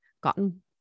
gotten